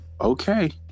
Okay